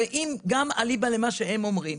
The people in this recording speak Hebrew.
הרי אם גם אליבא למה שהם אומרים,